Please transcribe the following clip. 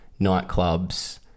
nightclubs